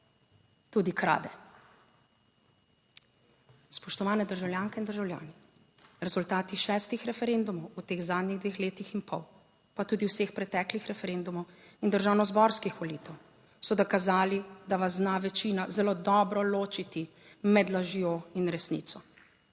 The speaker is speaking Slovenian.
tudi krade. Spoštovane državljanke in državljani! Rezultati šestih referendumov v teh zadnjih dveh letih in pol, pa tudi vseh preteklih referendumov in državnozborskih volitev so dokazali, da vas zna večina zelo dobro ločiti med lažjo in resnico,